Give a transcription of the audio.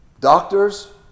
doctors